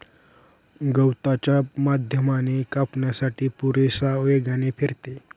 गवताच्या माध्यमाने कापण्यासाठी पुरेशा वेगाने फिरते